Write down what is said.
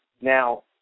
Now